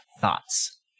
thoughts